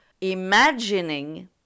imagining